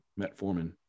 metformin